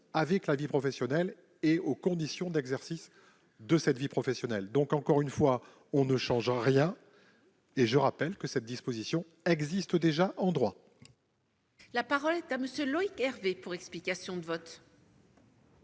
La parole est à M. Loïc Hervé, pour explication de vote.